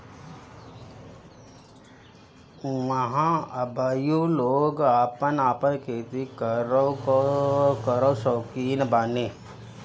ऊहाँ अबहइयो लोग आपन आपन खेती करे कअ सौकीन बाने